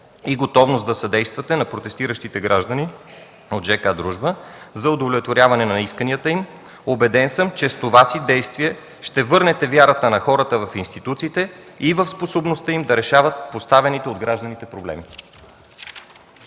и готовност да съдействате на протестиращите граждани от ж.к. „Дружба” за удовлетворяване на исканията им. Убеден съм, че с това си действие ще върнете вярата на хората в институциите и в способността им да решават поставените от гражданите проблеми.